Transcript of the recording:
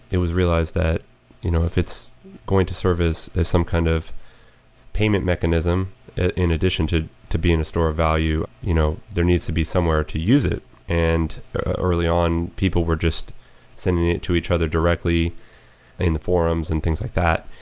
it was realized that you know if it's going to service some kind of payment mechanism in addition to to be in a store value, you know there needs to be somewhere to use it and early on, people were just sending it to each other directly in forums and things like that.